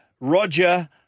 Roger